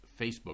Facebook